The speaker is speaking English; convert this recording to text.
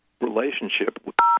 relationship